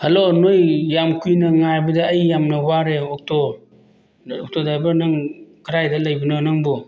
hello ꯅꯣꯏ ꯌꯥꯝ ꯀꯨꯏꯅ ꯉꯥꯏꯕꯗ ꯑꯩ ꯌꯥꯝꯅ ꯋꯥꯔꯦ ꯑꯣꯛꯇꯣ ꯑꯣꯛꯇꯣ ꯗꯥꯏꯕꯔ ꯅꯪ ꯀꯗꯥꯏꯗ ꯂꯩꯕꯅꯣ ꯅꯪꯕꯨ